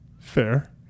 fair